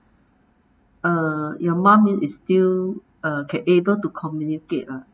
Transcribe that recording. uh your mum is still uh can able to communicate lah